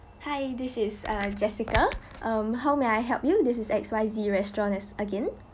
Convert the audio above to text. hi this is uh jessica um how may I help you this is X Y Z restaurants as again